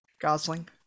Gosling